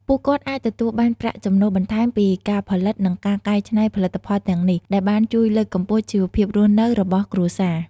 ពួកគាត់អាចទទួលបានប្រាក់ចំណូលបន្ថែមពីការផលិត និងការកែច្នៃផលិតផលទាំងនេះ ដែលបានជួយលើកកម្ពស់ជីវភាពរស់នៅរបស់គ្រួសារ។